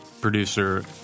Producer